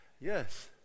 Yes